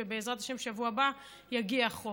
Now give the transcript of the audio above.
ובעזרת השם בשבוע הבא יגיע החוק.